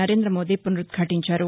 Narendra Modi పునరుద్ఘటించారు